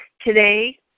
Today